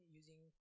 using